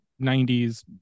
90s